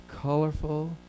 colorful